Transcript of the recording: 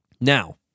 Now